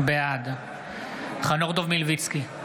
בעד חנוך דב מלביצקי,